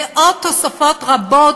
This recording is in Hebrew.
ועוד תוספות רבות,